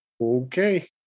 okay